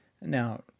Now